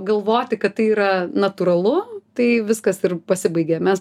galvoti kad tai yra natūralu tai viskas ir pasibaigia mes